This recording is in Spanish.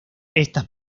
estas